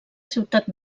ciutat